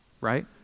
right